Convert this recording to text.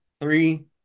Three